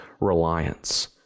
reliance